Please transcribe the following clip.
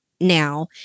now